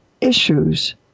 issues